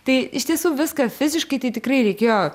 tai iš tiesų viską fiziškai tai tikrai reikėjo